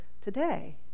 today